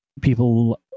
people